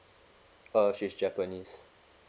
uh she's japanese